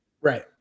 Right